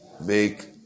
make